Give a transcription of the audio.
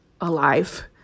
alive